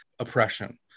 Oppression